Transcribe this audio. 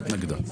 התנגדה.